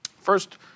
First